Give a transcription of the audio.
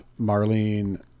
Marlene